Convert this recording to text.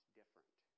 different